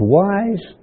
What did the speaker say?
wise